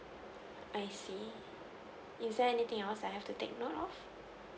I see is there anything else I have to take note of